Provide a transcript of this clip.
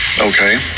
Okay